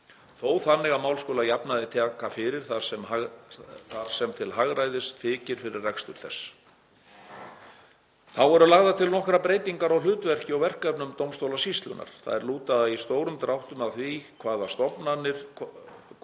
þó þannig að mál skuli að jafnaði taka fyrir þar sem til hagræðis þykir fyrir rekstur þess. Þá eru lagðar til nokkrar breytingar á hlutverki og verkefnum dómstólasýslunnar. Þær lúta í stórum dráttum að því að staða stofnunarinnar